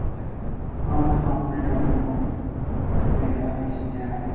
it's uncomprehendable for me to understand